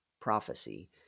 prophecy